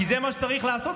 כי זה מה שצריך לעשות,